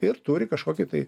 ir turi kažkokį tai